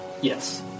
Yes